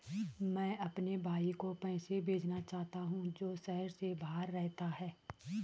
मैं अपने भाई को पैसे भेजना चाहता हूँ जो शहर से बाहर रहता है